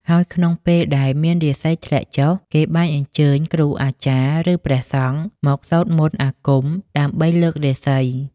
ហើយក្នុងពេលដែលមានរាសីធ្លាក់ចុះ គេបានអញ្ជើញគ្រូអាចារ្យ ឬព្រះសង្ឃ មកសូត្រមន្តអាគមដើម្បីលើករាសី។